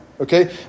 okay